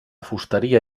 fusteria